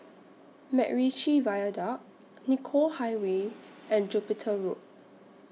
Macritchie Viaduct Nicoll Highway and Jupiter Road